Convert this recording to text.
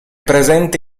presente